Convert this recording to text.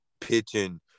pitching